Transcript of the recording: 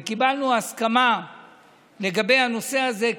וקיבלנו הסכמה לגבי הנושא הזה,